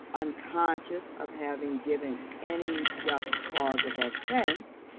unconscious of having given any just cause of offence,